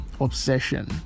obsession